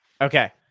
Okay